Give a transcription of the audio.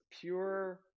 pure